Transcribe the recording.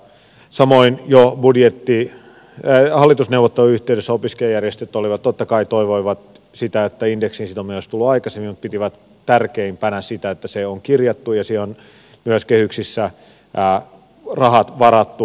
samoin jo hallitusneuvottelujen yhteydessä opiskelijajärjestöt totta kai toivoivat sitä että indeksiin sitominen olisi tullut aikaisemmin mutta pitivät tärkeimpänä sitä että se on kirjattu ja siihen on myös kehyksissä rahat varattu